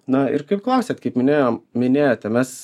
na ir kaip klausėt kaip minėjom minėjote mes